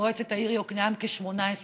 במועצת העיר יקנעם כ-18 שנה.